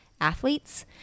athletes